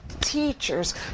teachers